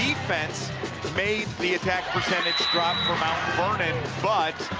defense made the attack percentage drop for mount vernon. but,